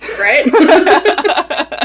right